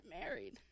married